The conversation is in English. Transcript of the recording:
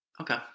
okay